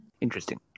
Interesting